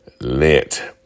Lent